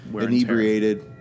inebriated